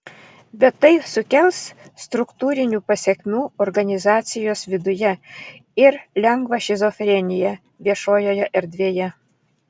bet tai sukels struktūrinių pasekmių organizacijos viduje ir lengvą šizofreniją viešojoje erdvėje